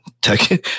tech